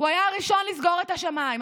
הוא היה הראשון שסגר את השמיים.